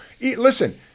listen